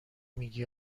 میگی